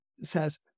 says